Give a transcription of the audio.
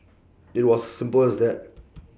IT was as simple as that